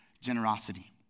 generosity